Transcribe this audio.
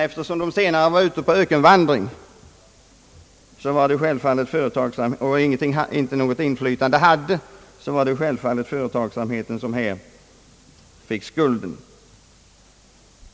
Eftersom de senare var ute på ökenvandring och inte något inflytande hade var det självfallet företagsamheten som fick skulden.